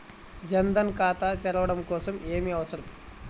జన్ ధన్ ఖాతా తెరవడం కోసం ఏమి అవసరం?